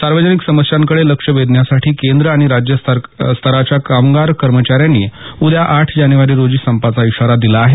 सार्वजनिक समस्यांकडे लक्ष वेधण्यासाठी केंद्र आणि राज्य स्तरावरच्या कामगार कर्मचाऱ्यांनी उद्या आठ जानेवारी रोजी संपाचा इशारा दिला आहे